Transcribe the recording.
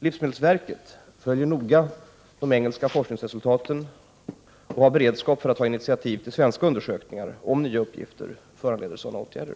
Livsmedelsverket följer noga de engelska forskningsresultaten och har beredskap för att ta initiativ till svenska undersökningar om nya uppgifter föranleder sådana åtgärder.